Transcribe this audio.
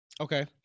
Okay